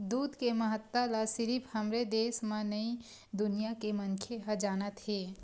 दूद के महत्ता ल सिरिफ हमरे देस म नइ दुनिया के मनखे ह जानत हे